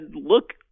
look